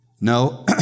no